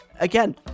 Again